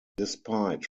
despite